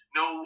no